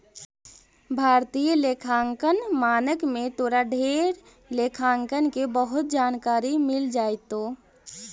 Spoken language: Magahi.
भारतीय लेखांकन मानक में तोरा ढेर लेखांकन के बहुत जानकारी मिल जाएतो